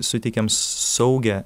suteikiam saugią